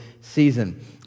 season